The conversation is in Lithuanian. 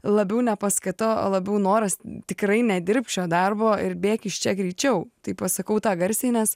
labiau ne paskata o labiau noras tikrai nedirbk šio darbo ir bėk iš čia greičiau tai pasakau tą garsiai nes